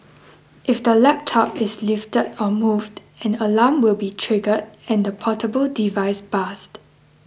if the laptop is lifted or moved an alarm will be triggered and the portable device buzzed